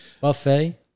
Buffet